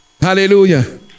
Hallelujah